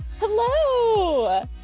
Hello